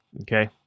okay